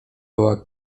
była